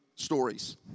stories